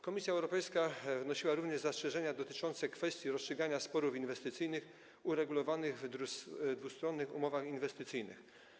Komisja Europejska wnosiła również zastrzeżenia dotyczące kwestii rozstrzygania sporów inwestycyjnych uregulowanych w dwustronnych umowach inwestycyjnych.